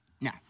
No